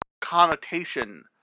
connotation